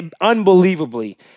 unbelievably